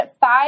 five